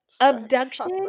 Abduction